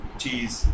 cheese